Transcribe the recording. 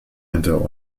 hinter